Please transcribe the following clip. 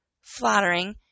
flattering